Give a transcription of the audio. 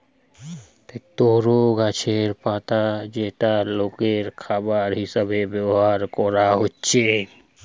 তরো গাছের পাতা যেটা লোকের খাবার হিসাবে ব্যভার কোরা হচ্ছে